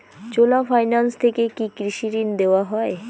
চোলা finance থেকে কি কৃষি ঋণ দেওয়া হয়?